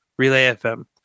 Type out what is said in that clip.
RelayFM